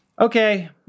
Okay